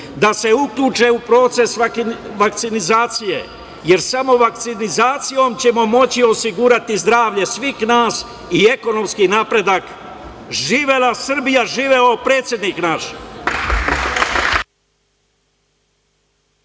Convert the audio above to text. da se uključe u proces vakcinacije, jer samo vakcinacijom ćemo moći osigurati zdravlje svih nas i ekonomski napredak. Živela Srbija! Živeo predsednik naš!